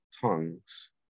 tongues